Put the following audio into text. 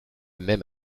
même